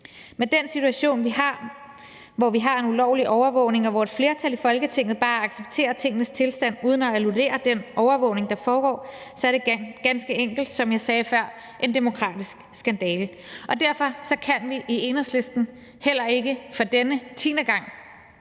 Med den situation, vi har, hvor vi har en ulovlig overvågning, og hvor et flertal i Folketinget bare accepterer tingenes tilstand uden at annullere den overvågning, der foregår, er det ganske enkelt, som jeg sagde før, en demokratisk skandale. Derfor kan vi i Enhedslisten heller ikke for denne tiende gang